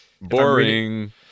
boring